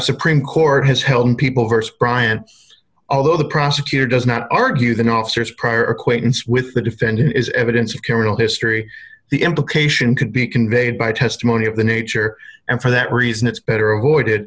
supreme court has held on people versed bryant's although the prosecutor does not argue that officers prior acquaintance with the defendant is evidence of criminal history the implication could be conveyed by testimony of the nature and for that reason it's better a